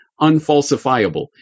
unfalsifiable